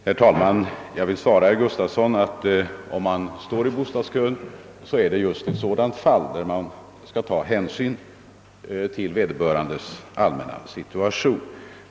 Herr talman! Jag vill svara herr Gustafsson i Skellefteå att om vederbörande står i bostadskö är det just ett sådant fall då man skall ta hänsyn till dennes allmänna situation.